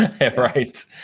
Right